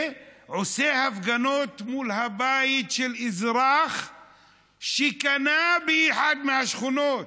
ועושה הפגנות מול הבית של אזרח שקנה באחת מהשכונות,